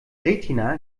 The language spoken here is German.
retina